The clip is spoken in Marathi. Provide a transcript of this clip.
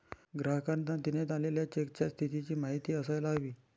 ग्राहकांना देण्यात आलेल्या चेकच्या स्थितीची माहिती असायला हवी